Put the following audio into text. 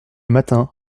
matin